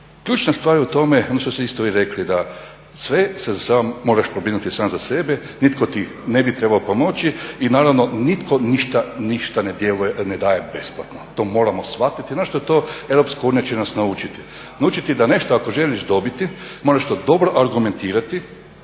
Ključna stvar je u tome, ono što ste isto vi rekli, da se sam moraš pobrinuti sam za sebe, nitko ti ne bi trebao pomoći i naravno, nitko ništa ne daje besplatno. To moramo shvatiti, … Europska unija će nas naučiti, naučiti da nešto ako želiš dobiti moraš to dobro argumentirati,